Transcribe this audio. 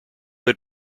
had